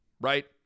right